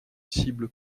cible